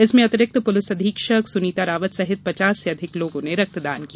इसमें अतिरिक्त पुलिस अधीक्षक सुनीता रावत सहित पचास से अधिक लोगों ने रक्तदान किया